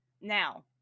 Now